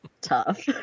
tough